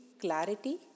clarity